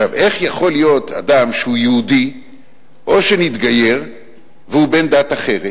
איך יכול להיות אדם שהוא יהודי או שהתגייר והוא בן דת אחרת?